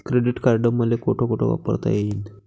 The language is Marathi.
क्रेडिट कार्ड मले कोठ कोठ वापरता येईन?